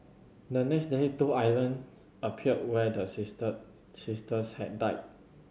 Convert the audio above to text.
the next day two island appeared where the sister sisters had died